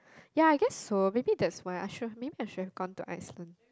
ya I guess so maybe that's why I should have maybe I should have gone to Iceland